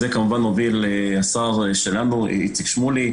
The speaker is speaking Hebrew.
זה כמובן מוביל השר שלנו, איציק שמולי.